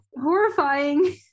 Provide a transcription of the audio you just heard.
horrifying